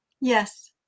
yes